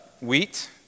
wheat